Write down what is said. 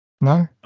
No